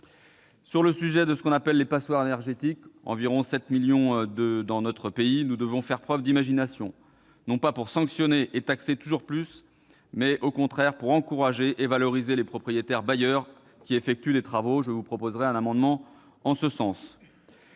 Sur le sujet de ce qu'on appelle les passoires énergétiques- on en dénombre environ 7 millions dans notre pays -, nous devons faire preuve d'imagination, non pas pour sanctionner et taxer toujours plus, mais au contraire pour encourager et valoriser les propriétaires bailleurs qui effectuent les travaux. Je proposerai un amendement en ce sens.